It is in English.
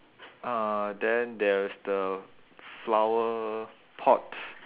uh then there's the flower pot